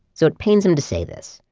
so it pains him to say this,